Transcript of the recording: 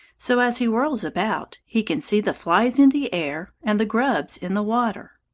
so as he whirls about, he can see the flies in the air and the grubs in the water.